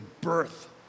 birth